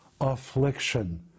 affliction